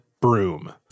broom